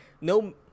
no